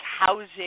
housing